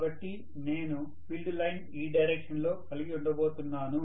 కాబట్టి నేను field line ఈ డైరెక్షన్ లో కలిగి ఉండబోతున్నాను